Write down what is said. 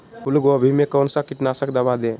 फूलगोभी में कौन सा कीटनाशक दवा दे?